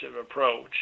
approach